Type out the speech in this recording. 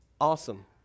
awesome